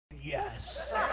yes